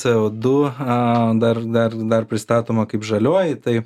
ce o du a dar dar dar pristatoma kaip žalioji tai